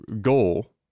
goal